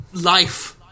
life